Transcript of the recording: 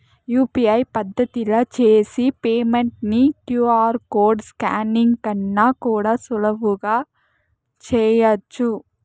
UPI పద్దతిల చేసి payment ని క్యూ.ఆర్ కోడ్ స్కానింగ్ కన్నా కూడా సులువుగా చేయచ్చు